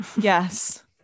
yes